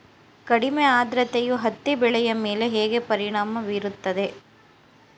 ಕಡಿಮೆ ಆದ್ರತೆಯು ಹತ್ತಿ ಬೆಳೆಯ ಮೇಲೆ ಹೇಗೆ ಪರಿಣಾಮ ಬೀರುತ್ತದೆ?